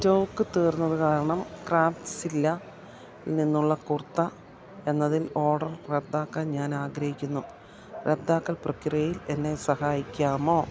stock തീർന്നത് കാരണം Craftsvilla ൽ നിന്നുള്ള കുർത്ത എന്നതില് ഓർഡർ റദ്ദാക്കാൻ ഞാൻ ആഗ്രഹിക്കുന്നു റദ്ദാക്കൽ പ്രക്രിയയിൽ എന്നെ സഹായിക്കാമോ